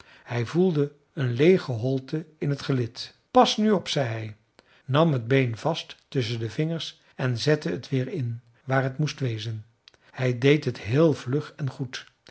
hij voelde een leege holte in t gelid pas nu op zei hij nam het been vast tusschen de vingers en zette het weer in waar het moest wezen hij deed het heel vlug en goed